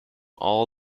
all